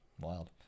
wild